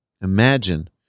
imagine